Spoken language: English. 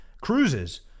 cruises